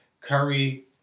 Curry